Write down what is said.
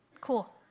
Cool